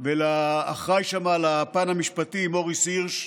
ולאחראי שם על הפן המשפטי, מוריס הירש,